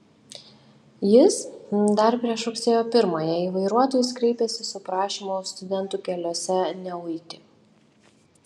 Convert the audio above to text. jis dar prieš rugsėjo pirmąją į vairuotojus kreipėsi su prašymu studentų keliuose neuiti